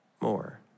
more